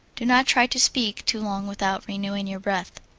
do not try to speak too long without renewing your breath.